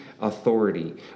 authority